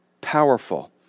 powerful